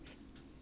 !aiya!